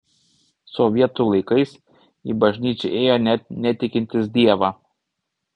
sovietų laikais į bažnyčią ėjo net netikintys dievą